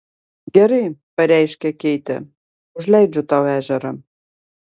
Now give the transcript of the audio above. gerai pareiškė keitė užleidžiu tau ežerą